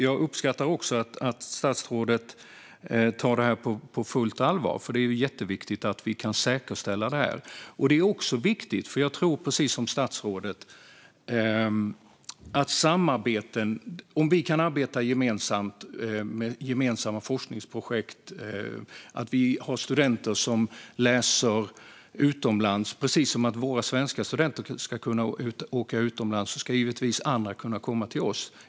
Jag uppskattar att statsrådet tar detta på fullt allvar, för det är jätteviktigt att vi kan säkerställa det. Jag tror precis som statsrådet att det är viktigt att vi kan arbeta tillsammans med gemensamma forskningsprojekt och att vi har utlandsstudenter som läser här. Precis som svenska studenter ska kunna åka utomlands ska givetvis andra kunna komma till oss.